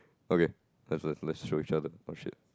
okay let's let's let's throw each other oh shit